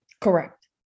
Correct